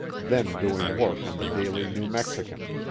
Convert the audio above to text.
then doing work on the daily new mexican.